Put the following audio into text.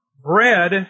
Bread